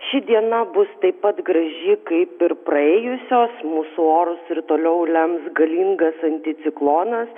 ši diena bus taip pat graži kaip ir praėjusios mūsų orus ir toliau lems galingas anticiklonas